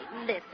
listen